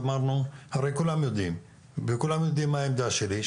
הרי כולם יודעים וכולם יודעים מה העמדה שלי,